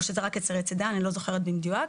או שזה רק היתרי צידה, אני לא זוכרת במדויק.